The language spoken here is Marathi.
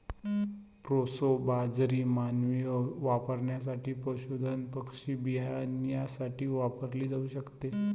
प्रोसो बाजरी मानवी वापरासाठी, पशुधन पक्षी बियाण्यासाठी वापरली जाऊ शकते